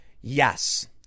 Yes